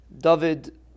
David